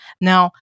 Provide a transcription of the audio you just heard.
Now